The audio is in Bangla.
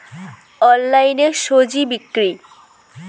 অনলাইনে স্বজি বিক্রি?